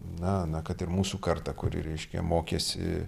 na na kad ir mūsų kartą kuri reiškia mokėsi